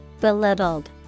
Belittled